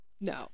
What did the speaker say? No